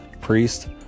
Priest